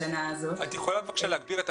את הצריכה של התרבות שהיא כל כך חיונית.